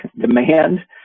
demand